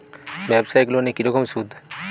ব্যবসায়িক লোনে কি রকম সুদ?